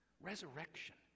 Resurrection